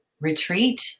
retreat